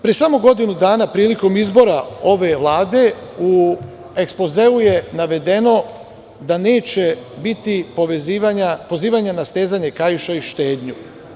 Pre samo godinu dana prilikom izbora ove Vlade u ekspozeu je navedeno da neće biti pozivanja na stezanje kaiša i štednju.